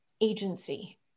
agency